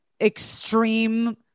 extreme